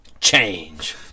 Change